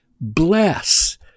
bless